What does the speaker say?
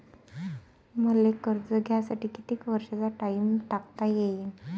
मले कर्ज घ्यासाठी कितीक वर्षाचा टाइम टाकता येईन?